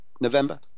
November